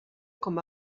com